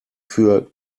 für